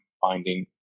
finding